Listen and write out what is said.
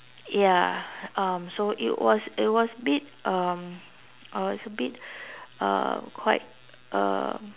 ya um so it was it was a bit um I was a bit uh quite um